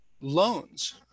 loans